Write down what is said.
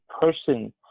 person